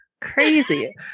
crazy